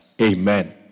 Amen